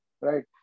Right